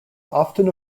often